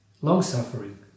long-suffering